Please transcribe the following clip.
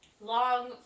long